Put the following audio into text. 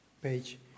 Page